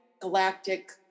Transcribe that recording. galactic